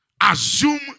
assume